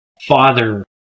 father